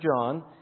John